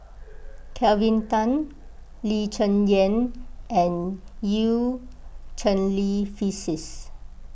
Kelvin Tan Lee Cheng Yan and Eu Cheng Li Phyllis